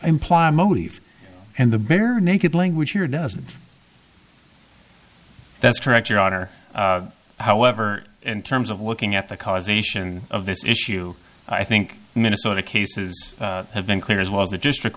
imply motif and the barenaked language here doesn't that's correct your honor however in terms of looking at the causation of this issue i think minnesota cases have been clear as well as the district